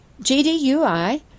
GDUI